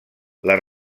les